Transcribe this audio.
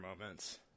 moments